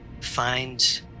find